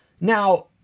Now